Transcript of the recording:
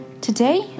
Today